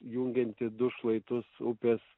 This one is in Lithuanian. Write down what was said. jungiantį du šlaitus upės